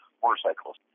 motorcycles